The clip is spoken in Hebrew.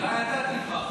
אולי אתה תבחר.